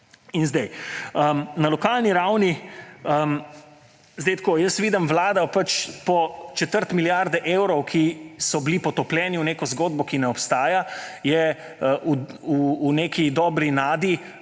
Na lokalni ravni, jaz vidim, vlada po četrt milijarde evrov, ki so bili potopljeni v neko zgodbo, ki ne obstaja, je v neki dobri nadi